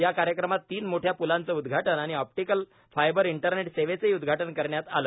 या कार्यक्रमात तीन मोठ्या प्लांच उदघाटन आणि ऑपटीकल फायबर इंटरनेट सेवेचही उद्घाटन करण्यात आलं